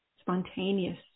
spontaneous